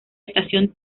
estación